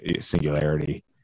singularity